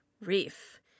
reef